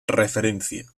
referencia